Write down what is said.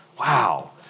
Wow